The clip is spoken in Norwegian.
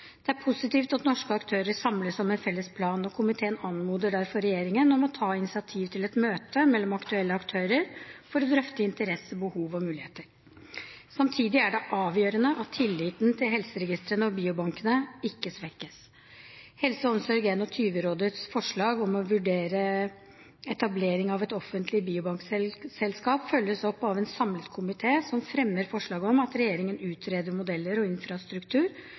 Det er positivt at norske aktører samles om en felles plan, og komiteen anmoder derfor regjeringen om å ta initiativ til et møte mellom aktuelle aktører for å drøfte interesse, behov og muligheter. Samtidig er det avgjørende at tilliten til helseregistrene og biobankene ikke svekkes. HelseOmsorg21-rådets forslag om å vurdere etablering av et offentlig biobankselskap følges opp av en samlet komité, som fremmer forslag om at regjeringen utreder modeller og infrastruktur